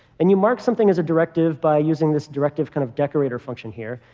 and you mark something as a directive by using this directive kind of decorator function here.